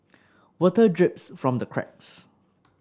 water drips from the cracks